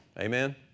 Amen